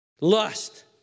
Lust